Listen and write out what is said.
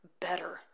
better